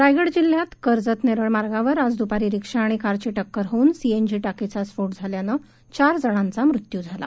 रायगड जिल्ह्यात कर्जत नेरळ मार्गावर आज दुपारी रिक्षा आणि कारची टक्कर होऊन सीएनजी टाकीचा स्फोट झाल्यानं चार जणांचा मृत्यू झाला